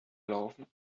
laufen